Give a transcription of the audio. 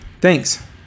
Thanks